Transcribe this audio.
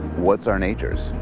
what's our natures?